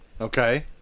Okay